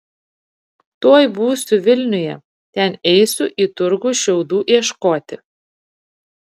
tuoj būsiu vilniuje ten eisiu į turgų šiaudų ieškoti